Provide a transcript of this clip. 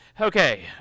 Okay